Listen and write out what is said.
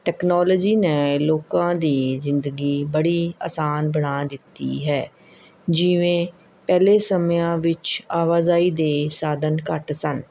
technology ਨੇ ਲੋਕਾਂ ਦੀ ਜ਼ਿੰਦਗੀ ਬੜੀ ਆਸਾਨ ਬਣਾ ਦਿੱਤੀ ਹੈ ਜਿਵੇਂ ਪਹਿਲੇ ਸਮਿਆਂ ਵਿੱਚ ਆਵਾਜਾਈ ਦੇ ਸਾਧਨ ਘੱਟ ਸਨ